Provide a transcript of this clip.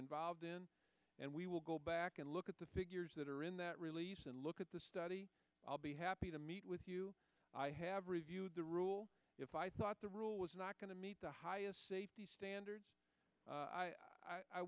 involved in and we will go back and look at the figures that are in that release and look at the study i'll be happy to meet with you i have reviewed the rules if i thought the rule was not going to meet the highest standards